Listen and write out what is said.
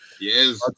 Yes